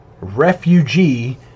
refugee